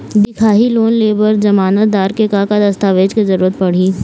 दिखाही लोन ले बर जमानतदार के का का दस्तावेज के जरूरत पड़ही?